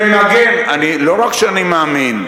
ומגן, אני, לא רק שאני מאמין,